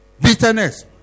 Bitterness